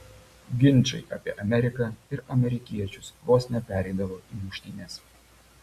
ginčai apie ameriką ir amerikiečius vos nepereidavo į muštynes